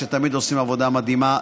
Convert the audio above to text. שתמיד עושים עבודה מדהימה.